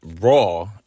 raw